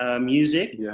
music